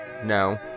No